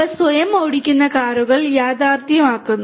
അവ സ്വയം ഓടിക്കുന്ന കാറുകൾ യാഥാർത്ഥ്യമാക്കുന്നു